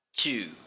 Two